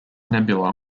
nebula